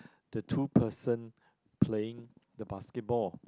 the two person playing the basketball